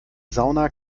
sauna